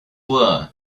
were